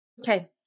Okay